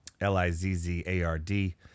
L-I-Z-Z-A-R-D